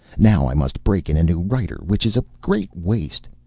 now i must break in a new writer, which is a great waste.